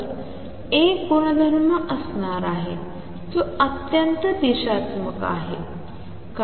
तर एक गुणधम असणार आहे जो अत्यंत दिशात्मक आहे